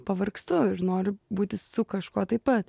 pavargstu ir noriu būti su kažkuo taip pat